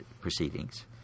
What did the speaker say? proceedings